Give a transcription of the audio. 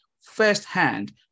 firsthand